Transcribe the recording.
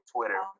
Twitter